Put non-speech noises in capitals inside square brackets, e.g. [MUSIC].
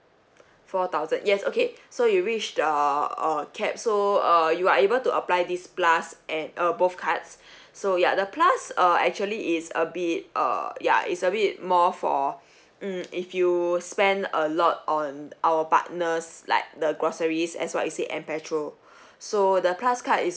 four thousand yes okay so you reach the uh cap so err you are able to apply this plus and uh both cards [BREATH] so ya the plus err actually is a bit err ya is a bit more for mm if you spend a lot on our partners like the groceries as what you said and petrol so the plus card is